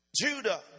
Judah